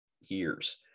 years